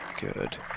Good